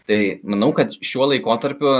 tai manau kad šiuo laikotarpiu